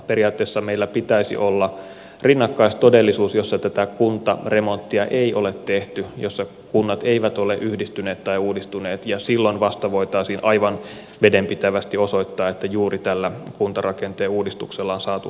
periaatteessa meillä pitäisi olla rinnakkaistodellisuus jossa tätä kuntaremonttia ei ole tehty jossa kunnat eivät ole yhdistyneet tai uudistuneet ja silloin vasta voitaisiin aivan vedenpitävästi osoittaa että juuri tällä kuntarakenteen uudistuksella on saatu säästöjä aikaan